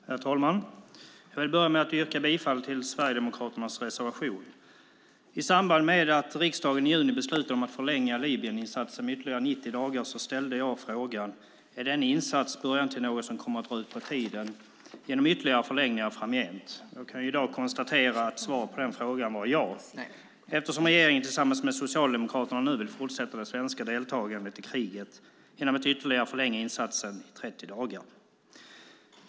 Herr talman! Jag vill börja med att yrka bifall till Sverigedemokraternas reservation. I samband med att riksdagen i juni beslutade att förlänga Libyeninsatsen i 90 dagar ställde jag frågan: Är denna insats början till något som kommer att dra ut på tiden genom ytterligare förlängningar framgent? Jag kan i dag konstatera att svaret på denna fråga var "ja" eftersom regeringen tillsammans med Socialdemokraterna nu vill fortsätta det svenska deltagandet i kriget genom att ytterligare förlänga insatsen med 30 dagar.